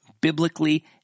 biblically